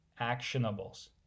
actionables